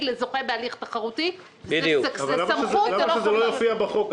לזוכה בהליך התחרותי --- אבל למה שזה לא יופיע בחוק?